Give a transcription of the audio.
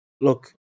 Look